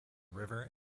river